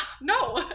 no